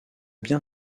bien